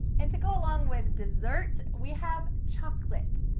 and to go along with dessert, we have chocolate,